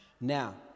Now